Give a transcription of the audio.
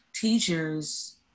teachers